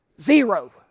Zero